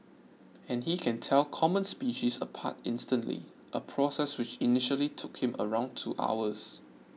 and he can tell common species apart instantly a process which initially took him around two hours